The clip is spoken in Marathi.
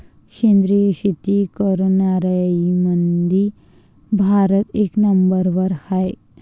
सेंद्रिय शेती करनाऱ्याईमंधी भारत एक नंबरवर हाय